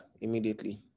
immediately